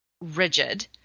rigid